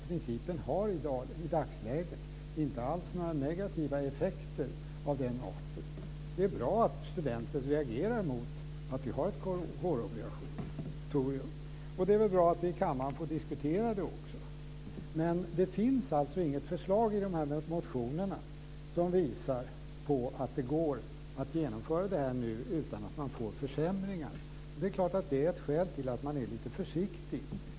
Principen har i dagsläget inte alls några negativa effekter av den arten. Det är bra att studenter reagerar mot att vi har ett kårobligatorium. Det är väl också bra att vi i kammaren får diskutera det. Men det finns alltså inget förslag i motionerna som visar på att det går att genomföra ett avskaffande av kårobligatoriet utan att det blir försämringar. Det är klart att detta är ett skäl till att man är lite försiktig.